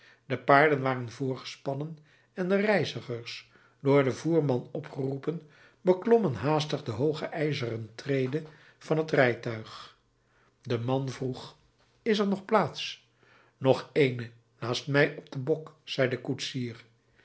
de paarden waren voorgespannen en de reizigers door den voerman opgeroepen beklommen haastig de hooge ijzeren trede van t rijtuig de man vroeg is er nog plaats nog eene naast mij op den bok zei de koetsier